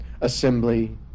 assembly